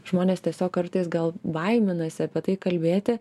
žmonės tiesiog kartais gal baiminasi apie tai kalbėti